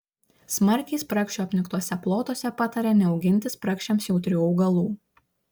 smarkiai spragšių apniktuose plotuose patarė neauginti spragšiams jautrių augalų